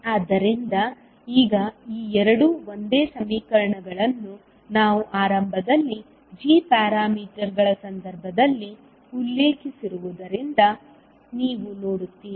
ಆದ್ದರಿಂದ ಈಗ ಈ ಎರಡು ಒಂದೇ ಸಮೀಕರಣಗಳನ್ನು ನಾವು ಆರಂಭದಲ್ಲಿ g ಪ್ಯಾರಾಮೀಟರ್ಗಳ ಸಂದರ್ಭದಲ್ಲಿ ಉಲ್ಲೇಖಿಸಿರುವುದನ್ನು ನೀವು ನೋಡುತ್ತೀರಿ